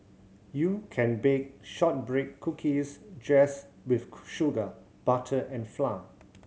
you can bake shortbread cookies just with sugar butter and flour